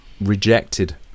rejected